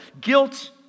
Guilt